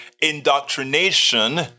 indoctrination